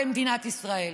במדינת ישראל,